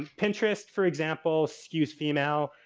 pinterest, for example, skews female,